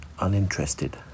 uninterested